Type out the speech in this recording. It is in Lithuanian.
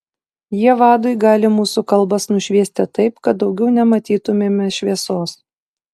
jie vadui gali mūsų kalbas nušviesti taip kad daugiau nematytumėme šviesos